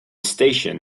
station